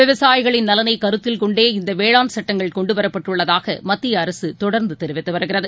விவசாயிகளின் நலனை கருத்தில் கொண்டே இந்த வேளாண் சட்டங்கள் கொண்டுவரப்பட்டுள்ளதாக மத்திய அரசு தொடர்ந்து தெரிவித்து வருகிறது